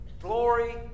glory